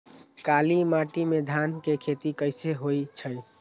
काली माटी में धान के खेती कईसे होइ छइ?